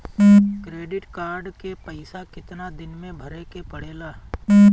Credit card के पइसा कितना दिन में भरे के पड़ेला?